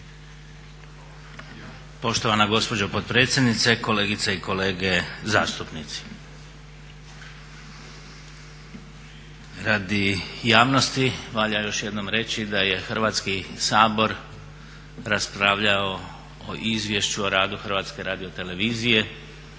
Poštovana gospođo potpredsjednice, kolegice i kolege zastupnici. Radi javnosti valja još jednom reći da je Hrvatski sabor raspravljao o Izvješću o radu Hrvatske radiotelevizije